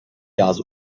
yaz